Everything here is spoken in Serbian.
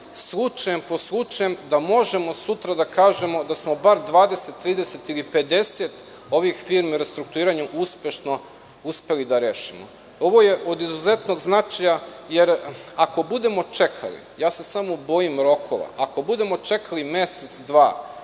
slučajem po slučajem da možemo sutra da kažemo da smo bar 20-30 ili 50 ovih firmi u restrukturiranju uspešno uspeli da rešimo. Ovo je od izuzetnog značaja, samo se bojim rokova, jer ako budemo čekali mesec, dva